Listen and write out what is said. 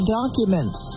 documents